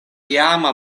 iama